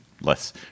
less